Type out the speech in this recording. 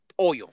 oil